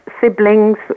siblings